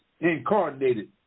incarnated